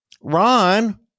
Ron